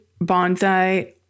Bonsai